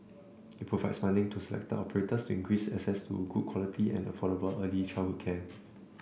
it provides funding to selected operators to increase access to good quality and affordable early childhood care